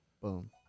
Boom